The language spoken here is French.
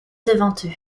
devant